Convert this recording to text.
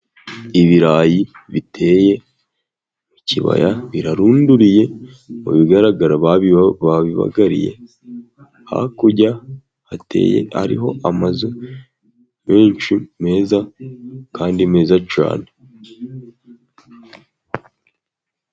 Ibirayi biteye mu kibaya birarunduriye mu bigaragara babibagariye, hakurya hateye hariho amazu menshi meza kandi meza cyane.